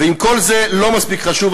ואם כל זה לא מספיק חשוב,